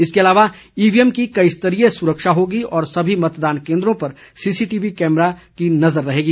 इसके अलावा ईवीएम की कई स्तरीय सुरक्षा होगी और सभी मतदान केंद्रों पर सीसीटीवी कैमरों की नजर रहेगी